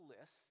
list